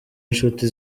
inshuti